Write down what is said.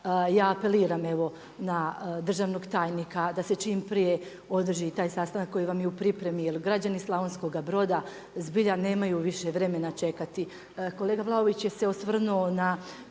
ja apeliram na državnog tajnika da se čim prije održi i taj sastanak koji vam je u pripremi, jer građani Slavonskoga Broda zbilja nemaju više vremena čekati. Kolega Vlaović se osvrnuo na